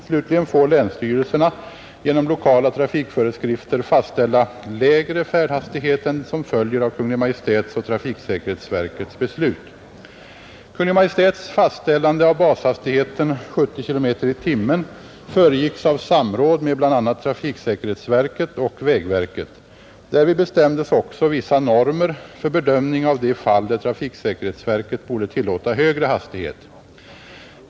Slutligen får länsstyrelserna genom lokala trafikföreskrifter fastställa lägre färdhastighet än som följer av Kungl. Maj:ts och trafiksäkerhetsverkets beslut. Kungl. Maj:ts fastställande av bashastigheten 70 kilometer i timmen föregicks av samråd med bl a, trafiksäkerhetsverket och vägverket. Därvid bestämdes också vissa normer för bedömning av de fall där trafiksäkerhetsverket borde tillåta högre hastighet.